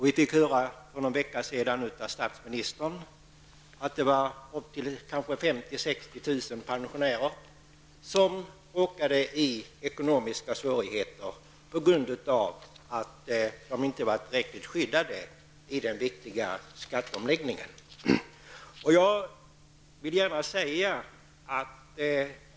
Vi fick höra för någon vecka sedan av statsministern att det är 50 000--60 000 pensionärer som har råkat i ekonomiska svårigheter på grund av att de inte är tillräckligt skyddade i den viktiga skatteomläggningen.